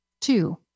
Two